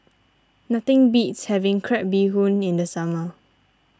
nothing beats having Crab Bee Hoon in the summer